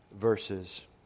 verses